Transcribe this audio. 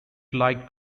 light